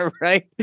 Right